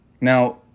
Now